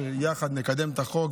שיחד נקדם את החוק,